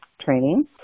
training